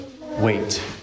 wait